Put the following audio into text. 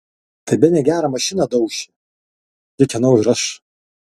tai bene gerą mašiną dauši kikenau ir aš